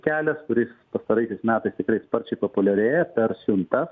kelias kuris pastaraisiais metais tikrai sparčiai populiarėja per siuntas